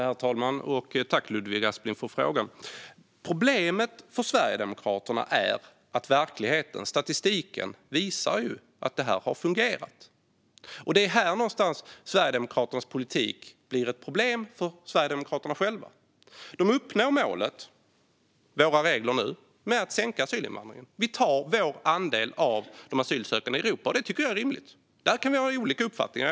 Herr talman! Tack, Ludvig Aspling, för frågan! Problemet för Sverigedemokraterna är att verkligheten och statistiken visar att det här har fungerat. Det är här någonstans Sverigedemokraternas politik blir ett problem för Sverigedemokraterna själva. De uppnår målet, våra regler nu, med att sänka asylinvandringen. Sverige tar sin andel av de asylsökande i Europa, och det tycker jag är rimligt. Där kan vi ha olika uppfattningar.